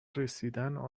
رسیدن